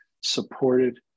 supported